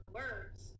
words